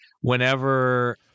whenever